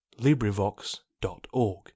LibriVox.org